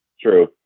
True